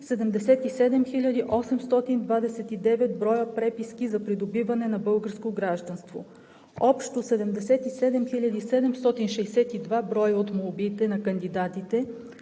829 броя преписки за придобиване на българско гражданство. Общо 77 хил. 762 броя от молбите на кандидатите,